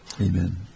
Amen